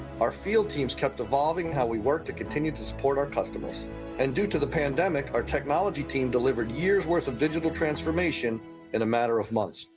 our field teams kept evolving how we work to continue to support our customers and due to the pandemic our technology team delivered years worth of digital transformation in the matter of months.